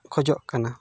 ᱠᱷᱚᱡᱚᱜ ᱠᱟᱱᱟ